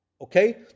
Okay